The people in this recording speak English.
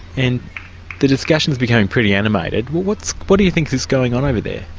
and the discussion is becoming pretty animated, well, what so what do you think is going on over there?